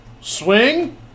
Swing